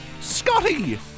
Scotty